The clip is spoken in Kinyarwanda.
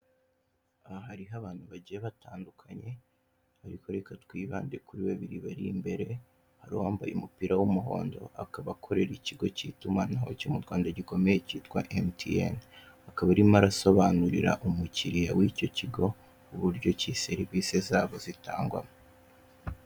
Aha hariho abantu bagiye batandukanye ariko reka twibande kuru babiri bari imbere, hari uwambaye umupira w'umuhondo, akaba akorera ikigo cy'itumanaho cyo mu Rwanda gikomeye cya emutiyene, akaba arimo arasobanurira umukiliya w'icyo kigo uburyo ki serivise zabo zitangwamo.